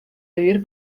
vivir